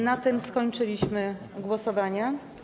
Na tym zakończyliśmy głosowania.